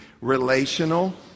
relational